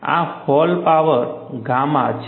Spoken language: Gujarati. આ હોલ પાવર ગામા છે